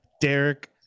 derek